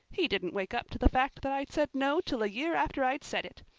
he didn't wake up to the fact that i'd said no till a year after i'd said it.